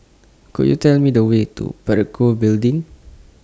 Could YOU Tell Me The Way to Parakou Building